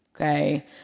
okay